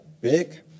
big